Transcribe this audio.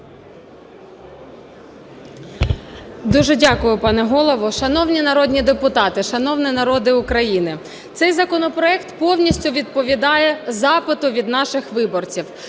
Дуже дякую, пане Голово. Шановні народні депутати, шановний народе України! Цей законопроект повністю відповідає запиту від наших виборців,